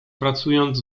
pracując